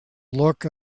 look